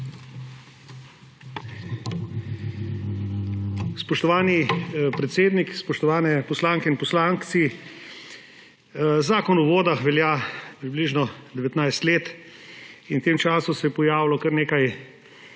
Spoštovani predsednik, spoštovane poslanke in poslanci! Zakon o vodah velja približno 19 let in v tem času se je pojavilo kar nekaj